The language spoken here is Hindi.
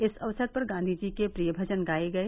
इस अवसर पर गांधी जी के प्रिय भजन गाये गए